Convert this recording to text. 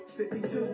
52